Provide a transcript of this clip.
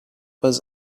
was